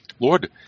Lord